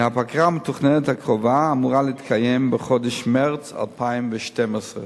הבקרה המתוכננת הקרובה אמורה להתקיים בחודש מרס 2012,